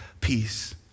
peace